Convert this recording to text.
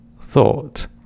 thought